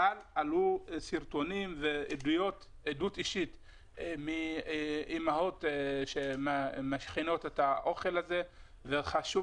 אבל עלו סרטונים ועדות אישית מאימהות שמכינות את האוכל הזה וחשוב